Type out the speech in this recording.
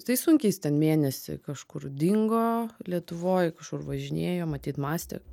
tai sunkiai jis ten mėnesį kažkur dingo lietuvoj kažkur važinėjo matyt mąstė